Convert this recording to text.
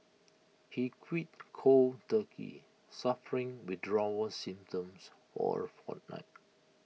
he quit cold turkey suffering withdrawal symptoms for A fortnight